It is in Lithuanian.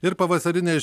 ir pavasarinė